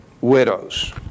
widows